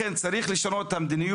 לכן יש לשנות את המדיניות,